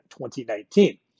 2019